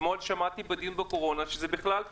אתמול שמעתי בדיון בוועדת הקורונה שפתיחת